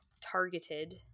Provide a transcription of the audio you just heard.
targeted